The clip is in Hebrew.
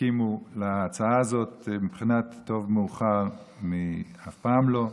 יסכימו להצעה הזאת בבחינת טוב מאוחר מאף פעם לא,